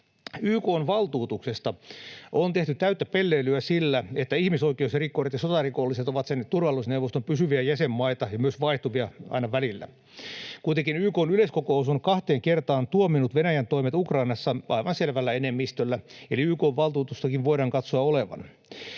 on tehty täyttä pelleilyä sillä, että ihmisoikeusrikkurit ja sotarikolliset ovat sen turvallisuusneuvoston pysyviä jäsenmaita ja myös vaihtuvia aina välillä. Kuitenkin YK:n yleiskokous on kahteen kertaan tuominnut Venäjän toimet Ukrainassa aivan selvällä enemmistöllä, eli YK:n valtuutustakin voidaan katsoa olevan.